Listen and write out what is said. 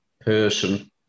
person